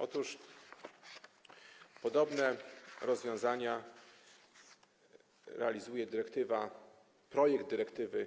Otóż podobne rozwiązania realizuje projekt dyrektywy